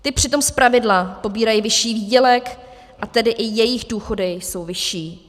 Ty přitom zpravidla pobírají vyšší výdělek, a tedy i jejich důchody jsou vyšší.